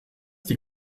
die